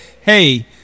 hey